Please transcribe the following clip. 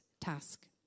task